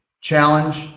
challenge